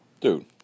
Dude